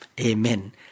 Amen